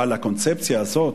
אבל הקונספציה הזאת